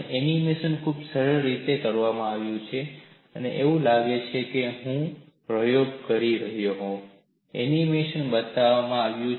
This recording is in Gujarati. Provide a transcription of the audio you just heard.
એનિમેશન ખૂબ સરસ રીતે કરવામાં આવ્યું છે એવું લાગે છે કે જાણે હું પ્રયોગ કરું છું એનિમેશન બતાવવામાં આવ્યું છે